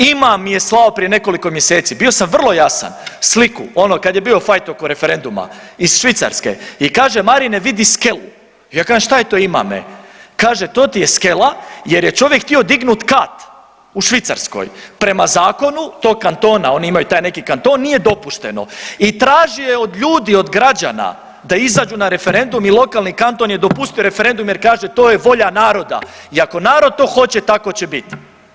Imam mi je slao prije nekoliko mjeseci, bio sam vrlo jasan sliku ono kad je bio fajt oko referenduma iz Švicarske i kaže Marine vidi skelu, ja kažem šta je to imam e, kaže to ti je skela jer je čovjek htio dignuti kat u Švicarskoj, prema zakonu tog kantona, oni imaju taj neki kanton nije dopušteno i tražio je od ljudi od građana da izađu na referendum i lokalni kanton je dopustio referendum jer kaže to je volja naroda i ako narod to hoće tako će biti.